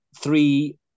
three